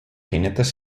jinetes